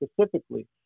specifically